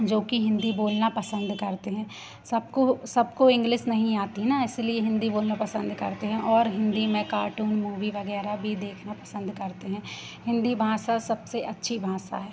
जोकि हिन्दी बोलना पसंद करते हैं सबको सबको इंग्लिस नहीं आती है ना इसीलिए हिन्दी बोलना पसंद करते हैं और हिन्दी में कार्टून मूवी वग़ैरह भी देखना पसंद करते हैं हिन्दी भाषा सबसे अच्छी भाषा है